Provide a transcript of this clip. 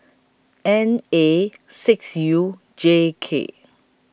N A six U J K